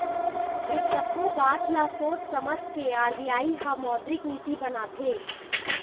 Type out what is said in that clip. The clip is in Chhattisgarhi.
ऐ सब्बो बात ल सोझ समझ के आर.बी.आई ह मौद्रिक नीति बनाथे